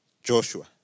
Joshua